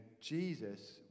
jesus